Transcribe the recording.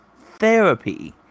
therapy